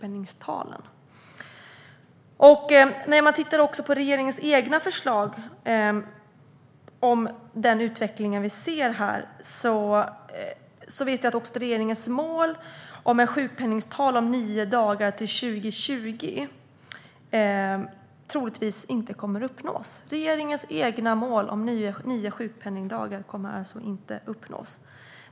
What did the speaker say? När man tittar på regeringens egna förslag kan man se att regeringens eget mål om nio sjukskrivningsdagar till år 2020 troligtvis inte kommer att uppnås. Regeringens eget mål kommer alltså inte att uppnås.